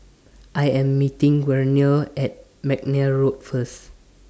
I Am meeting Werner At Mcnair Road First